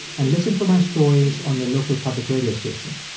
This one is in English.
and listen for my stories on your local public radio station.